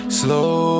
slow